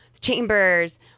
chambers